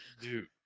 Dude